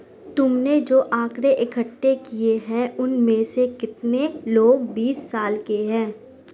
तुमने जो आकड़ें इकट्ठे किए हैं, उनमें से कितने लोग बीस साल के हैं?